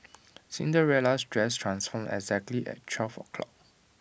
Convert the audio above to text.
Cinderella's dress transformed exactly at twelve o' clock